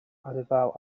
anifail